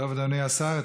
אדוני השר,